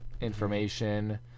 information